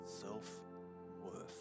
Self-worth